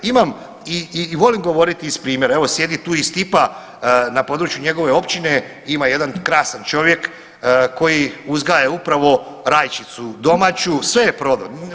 Imam i volim govoriti iz primjera, evo sjedi tu i Stipa, na području njegove općine ima jedan krasan čovjek koji uzgaja upravo rajčicu domaću, sve je prodao.